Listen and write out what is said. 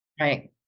Right